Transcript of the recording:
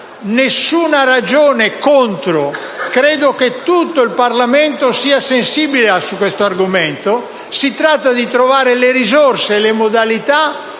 nessuna ragione contro: credo che tutto il Parlamento sia sensibile a questo argomento. Si tratta di trovare le risorse e le modalità